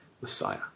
Messiah